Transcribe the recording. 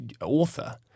author